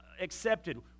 accepted